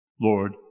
Lord